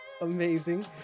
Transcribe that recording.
Amazing